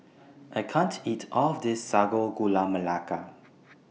I can't eat All of This Sago Gula Melaka